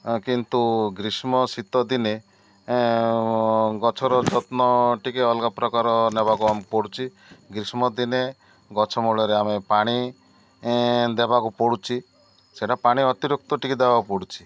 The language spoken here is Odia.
କିନ୍ତୁ ଗ୍ରୀଷ୍ମ ଶୀତ ଦିନେ ଗଛର ଯତ୍ନ ଟିକେ ଅଲଗା ପ୍ରକାର ନେବାକୁ ଆମ ପଡ଼ୁଛି ଗ୍ରୀଷ୍ମ ଦିନେ ଗଛମୂଳରେ ଆମେ ପାଣି ଦେବାକୁ ପଡ଼ୁଛି ସେଇଟା ପାଣି ଅତିରିକ୍ତ ଟିକେ ଦେବାକୁ ପଡ଼ୁଛି